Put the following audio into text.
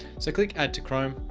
so click add to chrome,